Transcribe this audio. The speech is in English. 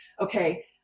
okay